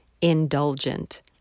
indulgent